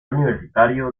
universitario